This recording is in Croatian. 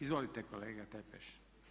Izvolite kolega Tepeš.